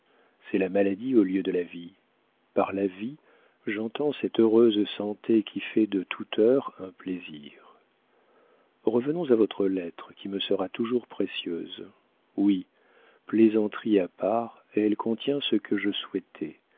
c'est la maladie au lieu de la vie par la vie j'entends cette heureuse santé qui fait de toute heure un plaisir revenons à votre lettre qui me sera toujours précieuse oui plaisanterie à part elle contient ce que je souhaitais